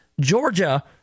Georgia